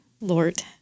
lord